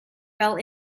fell